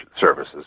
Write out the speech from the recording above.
services